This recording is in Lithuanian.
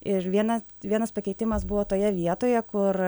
ir viena vienas pakeitimas buvo toje vietoje kur